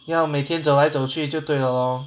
要每天走来走去就对 lor